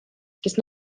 kes